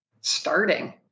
starting